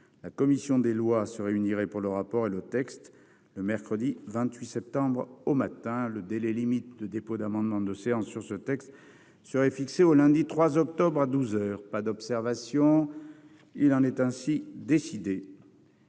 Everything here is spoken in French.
La commission des lois se réunirait pour le rapport et le texte le mercredi 28 septembre au matin. Le délai limite de dépôt d'amendements de séance sur ce texte serait fixé au lundi 3 octobre, à douze heures. Y a-t-il des observations ?... Il en est ainsi décidé.